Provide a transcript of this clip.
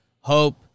Hope